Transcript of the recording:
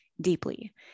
deeply